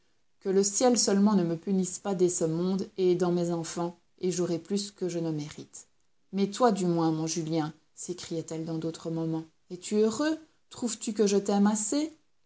que le ciel seulement ne me punisse pas dès ce monde et dans mes enfants et j'aurai plus que je ne mérite mais toi du moins mon julien s'écriait-elle dans d'autres moments es-tu heureux trouves-tu que je t'aime